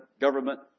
government